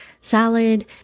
Salad